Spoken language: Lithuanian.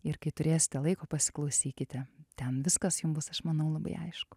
ir kai turėsite laiko pasiklausykite ten viskas jum bus aš manau labai aišku